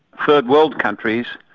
third world countries,